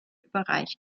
überreicht